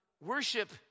Worship